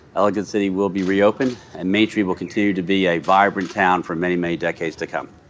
ellicott city will be reopened. and main street will continue to be a vibrant town for many, many decades to come,